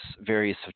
various